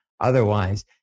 otherwise